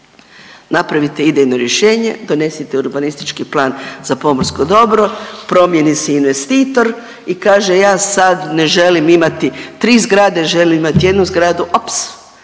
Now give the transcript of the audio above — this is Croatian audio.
Napravite idejno rješenje, donesite urbanistički plan za pomorsko dobro, promijeni se investitor i kaže – ja sada ne želim imati tri zgrade, želim imati jednu zgradu – ops,